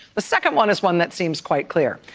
the second one is one that seems quite clear.